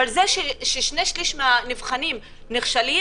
זה ששני שלישים מהנבחנים נכשלים,